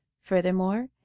furthermore